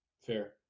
Fair